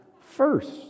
first